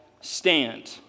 stand